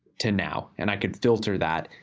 to now. and i can filter that.